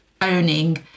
owning